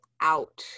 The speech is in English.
out